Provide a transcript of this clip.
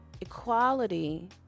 equality